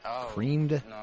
creamed